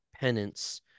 penance